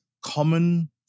common